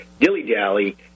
dilly-dally